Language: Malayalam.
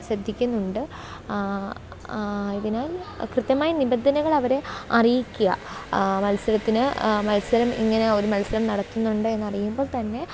ശ്രദ്ധിക്കുന്നുണ്ട് ആയതിനാല് കൃത്യമായ നിബന്ധനകൾ അവരെ അറിയിക്കുക മത്സരത്തിന് മത്സരം ഇങ്ങനെ ഒരു മത്സരം നടത്തുന്നുണ്ട് എന്നറിയുമ്പോൾ തന്നെ